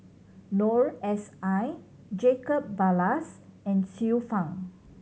Noor S I Jacob Ballas and Xiu Fang